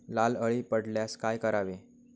लाल अळी पडल्यास काय करावे?